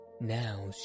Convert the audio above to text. Now